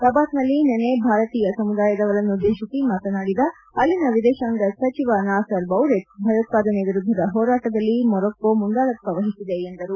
ರಬಾತ್ನಲ್ಲಿ ನಿನ್ನೆ ಭಾರತೀಯ ಸಮುದಾಯದವರನ್ನುದ್ದೇಶಿಸಿ ಮಾತನಾಡಿದ ಅಲ್ಲಿನ ವಿದೇಶಾಂಗ ಸಚಿವ ನಾಸರ್ ಬೌರಿತಾ ಭಯೋತ್ವಾದನೆ ವಿರುದ್ದದ ಹೋರಾಟದಲ್ಲಿ ಮೊರೊಕೊ ಮುಂದಾಳತ್ವ ವಹಿಸಿದೆ ಎಂದರು